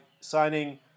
signing